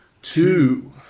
Two